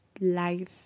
life